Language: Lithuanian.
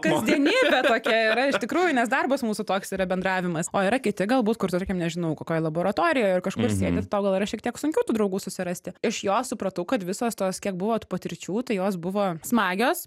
kasdienybė tokia yra iš tikrųjų nes darbas mūsų toks yra bendravimas o yra kiti galbūt kur tarkim nežinau kokioj laboratorijoj ar kažkur sėdi tai tau gal yra šiek tiek sunkiau tų draugų susirasti iš jo supratau kad visos tos kiek buvo tų patirčių tai jos buvo smagios